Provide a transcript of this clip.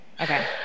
Okay